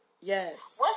Yes